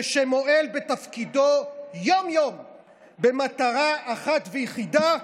ושמועל בתפקידו יום-יום במטרה אחת ויחידה: